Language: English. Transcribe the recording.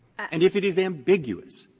and if it is ambiguous,